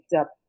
up